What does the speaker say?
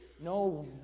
no